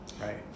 right